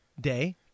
Day